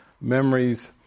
memories